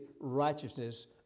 righteousness